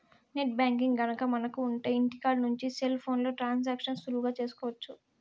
net banking గనక మనకు ఉంటె ఇంటికాడ నుంచి సెల్ ఫోన్లో ట్రాన్సాక్షన్స్ సులువుగా చేసుకోవచ్చు